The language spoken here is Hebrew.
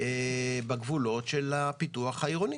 בגבולות של הפיתוח העירוני.